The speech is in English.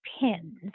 pins